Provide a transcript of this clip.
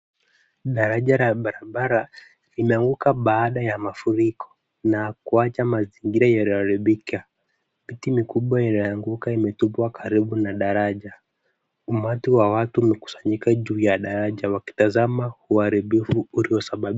Daraja la barabara limeaanguka baada ya mafuriko na kuacha mazingira yaloharibika. Miti mikubwa iliyoanguka imetupwa karibu na daraja. Umati wa watu umekusanyika juu ya daraja wakitazama uharibifu uliosababishwa.